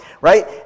right